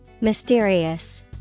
Mysterious